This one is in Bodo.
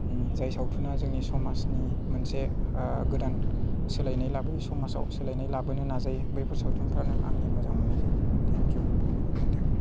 जाय सावथुना जोंनि समाजनि मोनसे गोदान सोलायनाय लाबोयो समाजाव सोलायनाय लाबोनो नाजायो बैफोर सावथुनफोरानो आंनि मोजां मोननाय सावथुन थेंक इउ गोजोनथों